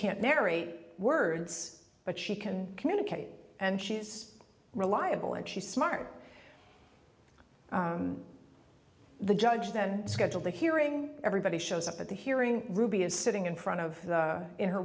can't marry words but she can communicate and she's reliable and she's smart the judge then schedule the hearing everybody shows up at the hearing ruby is sitting in front of